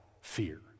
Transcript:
fear